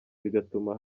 bigatuma